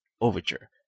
Overture